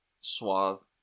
Suave